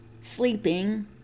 sleeping